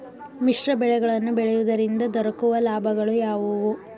ಮಿಶ್ರ ಬೆಳೆಗಳನ್ನು ಬೆಳೆಯುವುದರಿಂದ ದೊರಕುವ ಲಾಭಗಳು ಯಾವುವು?